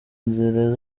inzira